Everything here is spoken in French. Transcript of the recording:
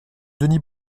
denis